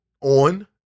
on